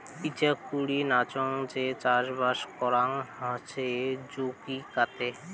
ইচাকুরি নাচেঙ যে চাষবাস করাং হসে জুচিকাতে